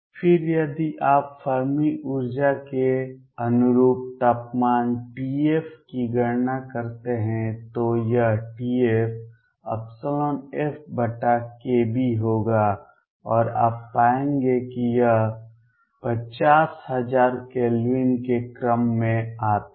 फिर यदि आप फर्मी ऊर्जा के अनुरूप तापमान TF की गणना करते हैं तो यह TFFkB होगा और आप पाएंगे कि यह 50000 केल्विन के क्रम में आता है